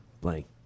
blank